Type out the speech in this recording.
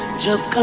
job,